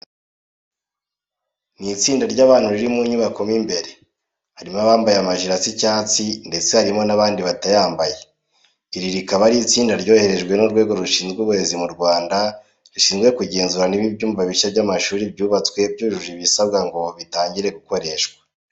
Ni itsinda ry'abantu riri mu nyubako mo imbere, harimo abambaye amajire asa icyatsi ndetse harimo n'abandi batayambaye. Iri rikaba ari itsinda ryoherejwe n'Urwego rushinzwe Uburezi mu Rwanda, rishinzwe kugenzura niba ibyumba bishya by'amashuri byubatswe byujuje ibisabwa ngo bitangire gukoreshwa.